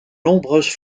nombreuses